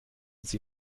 sie